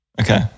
Okay